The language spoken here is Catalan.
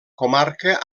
comarca